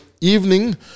evening